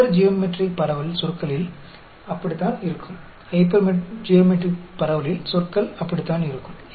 hypergeometric பரவலில் சொற்கள் அப்படித்தான் இருக்கும்